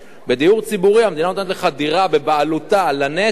בדיור ציבורי המדינה נותנת לך דירה בבעלותה לנצח,